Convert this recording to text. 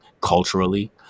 culturally